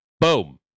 boom